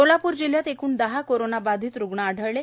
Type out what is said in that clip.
सोलापूर जिल्ह्यात एकूण दहा कोरोनाबाधित रुग्ण आढळले आहेत